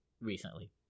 recently